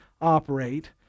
operate